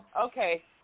okay